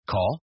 Call